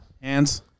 Hands